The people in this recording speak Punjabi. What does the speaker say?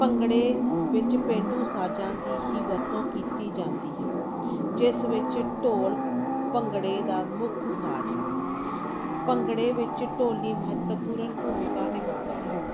ਭੰਗੜੇ ਵਿੱਚ ਪੇਂਡੂ ਸਾਜ਼ਾਂ ਦੀ ਹੀ ਵਰਤੋਂ ਕੀਤੀ ਜਾਂਦੀ ਹੈ ਜਿਸ ਵਿੱਚ ਢੋਲ ਭੰਗੜੇ ਦਾ ਮੁੱਖ ਸਾਜ਼ ਹੈ ਭੰਗੜੇ ਵਿੱਚ ਢੋਲੀ ਮਹੱਤਵਪੂਰਨ ਭੂਮਿਕਾ ਨਿਭਾਉਂਦਾ ਹੈ